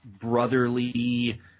brotherly